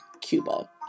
Cuba